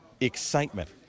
Excitement